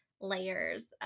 layers